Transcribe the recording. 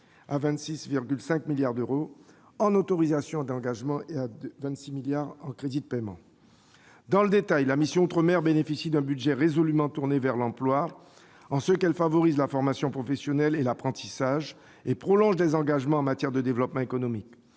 à 26,5 milliards d'euros en autorisations d'engagement et à 26 milliards d'euros en crédits de paiement. Dans le détail, la mission « Outre-mer » bénéficie d'un budget résolument tourné vers l'emploi, car elle favorise la formation professionnelle et l'apprentissage et prolonge les engagements en matière de développement économique